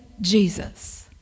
Jesus